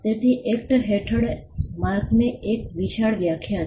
તેથી એક્ટ હેઠળ માર્કની એક વિશાળ વ્યાખ્યા છે